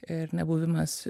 ir nebuvimas